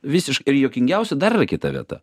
visiškai juokingiausia dar yra kita vieta